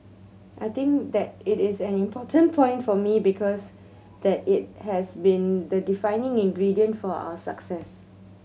I think that it is an important point for me because that it has been the defining ingredient for our success